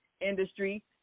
industry